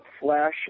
Flash